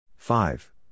Five